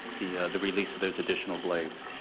the the release of those additional blades?